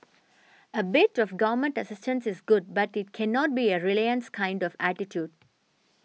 a bit of Government assistance is good but it cannot be a reliance kind of attitude